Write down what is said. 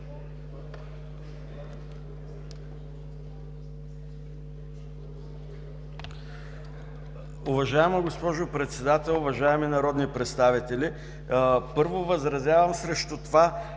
Уважаема госпожо Председател, уважаеми народни представители! Първо, възразявам срещу това